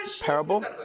parable